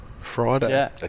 Friday